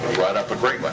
brought up a great one.